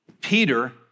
Peter